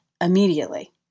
immediately